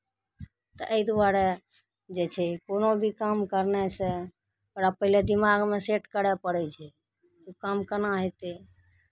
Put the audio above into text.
तऽ एहि दुआरे जे छै कोनो भी काम करनाइसँ ओकरा पहिले दिमागमे सेट करय पड़ै छै ओ काम केना हेतै